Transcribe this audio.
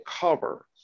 cover